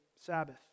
Sabbath